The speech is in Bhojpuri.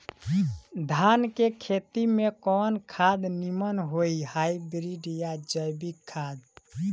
धान के खेती में कवन खाद नीमन होई हाइब्रिड या जैविक खाद?